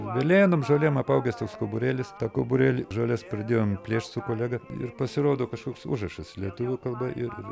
velėnom žolėm apaugęs toks kauburėlis tą kauburėlį žolės pradėjom plėšt su kolega ir pasirodo kažkoks užrašas lietuvių kalba ir